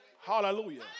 Hallelujah